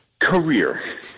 Career